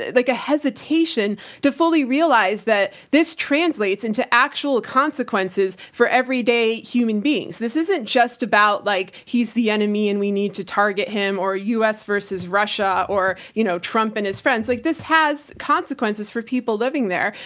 like a hesitation to fully realize that this translates into actual consequences for everyday human beings. this isn't just about, like, he's the enemy and we need to target him, or u. s. versus russia, or, you know, trump and his friends. like this has consequences for people living there,